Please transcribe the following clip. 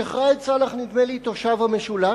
שיח' ראאד סלאח, נדמה לי, תושב המשולש,